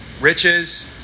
Riches